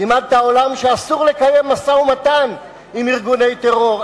לימדת את העולם שאסור לקיים משא-ומתן עם ארגוני טרור,